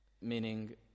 meaning